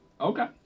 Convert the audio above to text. Okay